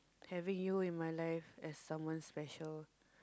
having you in my life as someone special